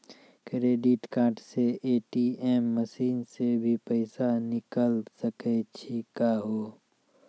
Credit card से ATM machine से भी पैसा निकल सकै छि का हो?